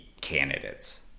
candidates